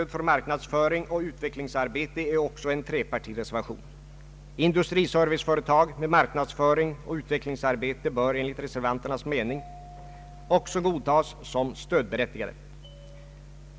Det ena vore att statsmakterna skulle angiva ramar för länens och de regionala organens verksamhet.